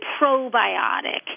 probiotic